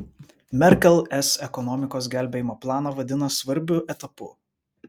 merkel es ekonomikos gelbėjimo planą vadina svarbiu etapu